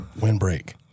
Windbreak